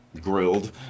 grilled